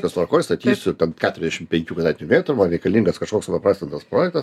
viskas tvarkoj statysiu ten keturiasdešim penkių kvadratinių metrų man reikalingas kažkoks supaprastintas projektas